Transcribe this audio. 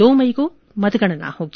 दो मई को मतगणना होगी